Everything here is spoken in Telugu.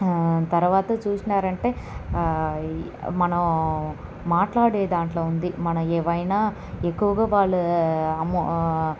తర్వాత చూసినారంటే మనం మాట్లాడేదాంట్లో ఉంది మనం ఏమైనా ఎక్కువుగా వాళ్ళు ఎమౌ